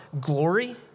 glory